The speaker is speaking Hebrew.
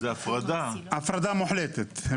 הפרדה מוחלטת.